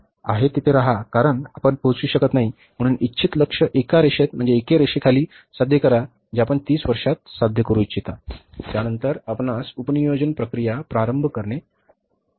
आहे तिथे राहा कारण आपण पोहोचू शकत नाही म्हणू इच्छित लक्ष्य एका रेषेत म्हणजे एका रेषेखाली साध्य करा जे आपण 30 वर्षांत साध्य करू इच्छिता त्यानंतर आपणास उप नियोजन प्रक्रिया प्रारंभ करणे आवश्यक आहे